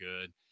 good